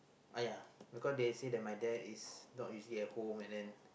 !aiya! because they say that my dad is not usually at home and then